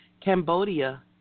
Cambodia